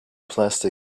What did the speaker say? plastics